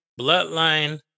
bloodline